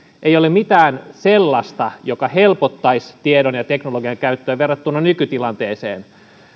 ei ole mitään sellaista joka helpottaisi tiedon ja teknologian käyttöä verrattuna nykytilanteeseen